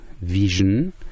vision